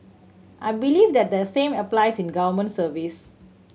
I believe that the same apply in government service